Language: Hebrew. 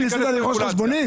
הכול עובד.